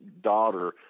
daughter